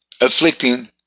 afflicting